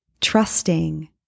trusting